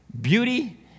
Beauty